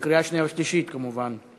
לקריאה שנייה ושלישית, כמובן.